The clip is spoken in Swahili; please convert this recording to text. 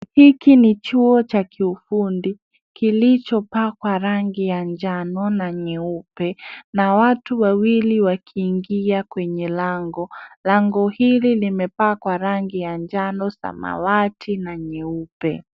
Hiki ni chuo cha kiufundi kilichopakwa rangi ya njano na nyeupe na watu wawili wakiingia kwenye lango. Lango hili limepakwa rangi ya njano, samawati na nyeupe.